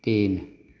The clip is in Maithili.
तीन